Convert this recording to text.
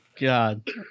God